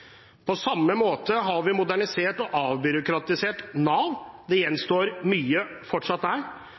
På samme måte har vi modernisert og avbyråkratisert Nav. Det gjenstår fortsatt mye der,